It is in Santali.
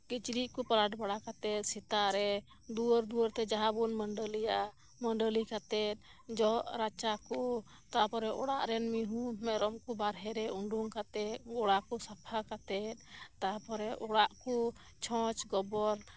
ᱠᱤᱪᱨᱤᱡᱠᱚ ᱯᱟᱞᱟᱴ ᱵᱟᱲᱟ ᱠᱟᱛᱮᱫ ᱥᱮᱛᱟᱜ ᱨᱮ ᱫᱩᱣᱟᱹᱨ ᱫᱩᱣᱟᱹᱨ ᱛᱮ ᱡᱟᱦᱟᱸᱵᱚᱱ ᱢᱟᱹᱰᱟᱹᱞᱤᱭᱟ ᱢᱟᱹᱰᱟᱹᱞᱤ ᱠᱟᱛᱮᱫ ᱡᱚᱜ ᱨᱟᱪᱟᱠᱚ ᱛᱟᱯᱚᱨᱮ ᱚᱲᱟᱜ ᱨᱮᱱ ᱢᱤᱦᱩᱸ ᱢᱮᱨᱚᱢ ᱠᱚ ᱵᱟᱨᱦᱮ ᱨᱮ ᱳᱰᱩᱝᱠᱟᱛᱮᱫ ᱜᱚᱲᱟ ᱠᱚ ᱥᱟᱯᱷᱟ ᱠᱟᱛᱮᱫ ᱛᱟᱯᱚᱨᱮ ᱚᱲᱟᱜ ᱠᱚ ᱪᱷᱸᱪ ᱜᱳᱵᱚᱨ